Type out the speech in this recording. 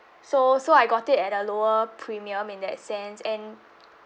so so I got it at a lower premium in that sense and